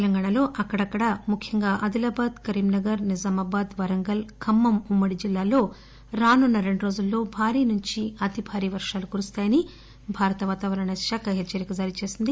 తెలంగాణలో అక్కడక్కడా ముఖ్యంగా ఆదిలాబాద్ కరీంనగర్ నిజామాబాద్ వరంగల్ ఖమ్మం ఉమ్మ డి జిల్లాల్లో రానున్న రెండు రోజుల్లో భారీ నుండి అతిభారీ వర్షాలు కురుస్తాయని భారత వాతావరణ శాఖ హెచ్చరికలు జారీ చేసింది